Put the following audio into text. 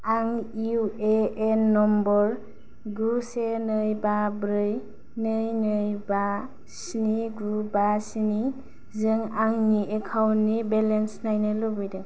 आं इउ ए एन नम्बर गु से नै बा ब्रै नै नै बा स्नि गु बा स्निजों आंनि एकाउन्टनि बेलेन्स नायनो लुबैदों